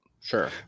Sure